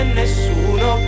nessuno